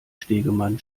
stegemann